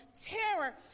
terror